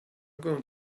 going